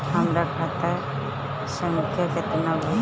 हमरा खाता संख्या केतना बा?